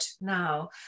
now